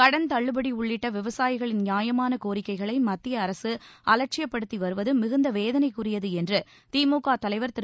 கடன் தள்ளுபடி உள்ளிட்ட விவசாயிகளின் நியாயமான கோரிக்கைகளை மத்திய அரசு அலட்சியப்படுத்தி வருவது மிகுந்த வேதனைக்குரியது என்று திமுக தலைவர் திரு